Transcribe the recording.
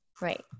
Right